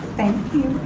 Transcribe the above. thank you.